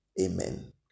amen